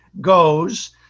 Goes